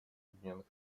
объединенных